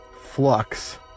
Flux